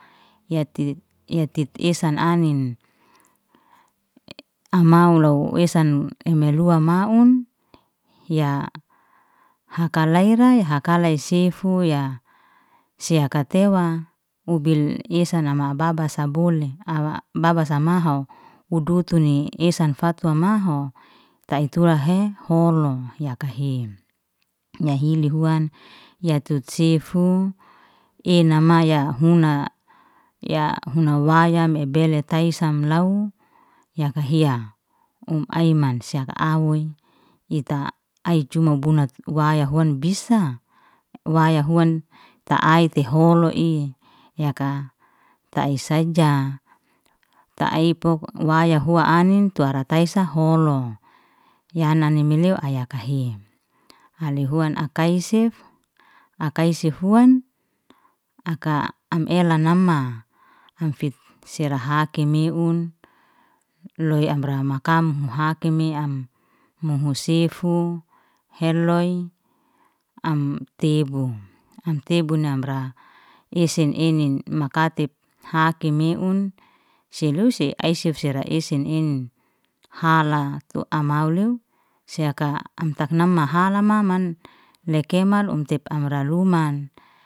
ya tit esan anin amaulow esan emelua maun, ya haka laira hakalay sefu ya se yaka tewa ubil esan nama baba sabuli ahwa baba samahau, udutuni esan fatwa mahu taituahe holo yakahe, ya hili huan, ya tut sefu ina maya huna ya huna wayam ebele taisamlaw yaka hia, um ai mansia yaka au'o ita ai cuma buna waya huan bisa, waya huan, ta'ai teholu i yaka ta'ai saja. Ta'ai pok waya hua anin, tu ara taisa holo, ya yana ni meleo aya kahahe, hale huan akai sef, akaisef huan aka am elan nama, am sif sera hakimi meun, loy amra makamhu hakime, am muhu sefu, heloy am tibu, am tibu amra esen enin makatep, hakime meun se lusi ai sef- sef era esan enin, hala tu amau lew, se yaka am taf nam hala man lekemal, um tep amra luman